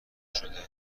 شده